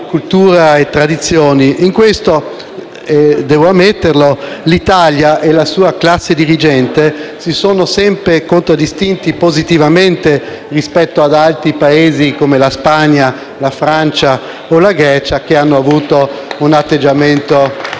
In questo - devo ammetterlo - l'Italia e la sua classe dirigente si sono sempre contraddistinti positivamente rispetto ad altri Paesi, come la Spagna, la Francia o la Grecia, che hanno avuto un atteggiamento molto